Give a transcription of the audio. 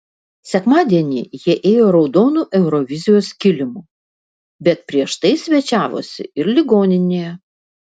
sekmadienį jie ėjo raudonu eurovizijos kilimu bet prieš tai svečiavosi ir ligoninėje